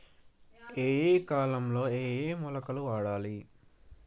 ఏయే కాలంలో ఏయే మొలకలు వాడాలి?